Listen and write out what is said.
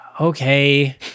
okay